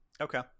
Okay